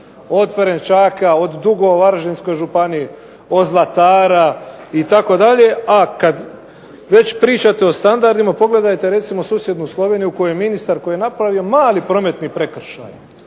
Od Ferenščaka, od dugova u Varaždinskoj županiji, od Zlatara, itd., a kad već pričate o standardima pogledajte recimo susjednu Sloveniju u kojoj ministar koji je napravio mali prometni prekršaj,